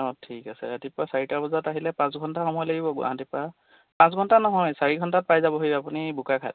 অঁ ঠিক আছে ৰাতিপুৱা চাৰিটা বজাত আহিলে পাঁচ ঘণ্টা সময় লাগিব গুৱাহাটীৰপৰা পাঁচ ঘণ্টা নহয় চাৰি ঘণ্টাত পাই যাবহি আপুনি বোকাঘাট